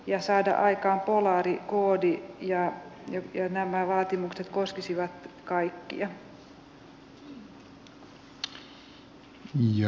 vi vill inte se ett liknande beteende som i fallet med svaveldirektivet